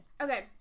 Okay